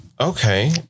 Okay